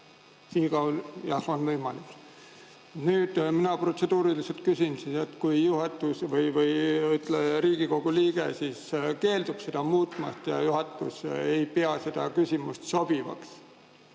Jah, on võimalik. Nüüd mina protseduuriliselt küsin, et kui Riigikogu liige keeldub seda muutmast ja juhatus ei pea seda küsimust sobivaks